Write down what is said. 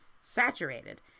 saturated